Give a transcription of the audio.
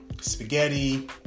spaghetti